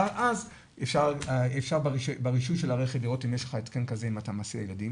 ואז אפשר ברישוי של הרכב לראות אם יש לך התקן כזה אם אתה מסיע ילדים,